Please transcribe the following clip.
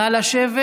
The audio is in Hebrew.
נא לשבת.